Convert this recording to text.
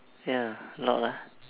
ya not lah